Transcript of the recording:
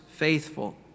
faithful